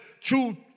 true